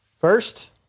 first